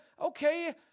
okay